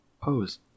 Pose